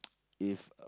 if uh